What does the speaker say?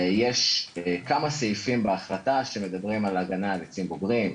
יש כמה סעיפים בהחלטה שמדברים בהגנה על עצים בוגרים,